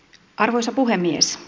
arvoisa puhemies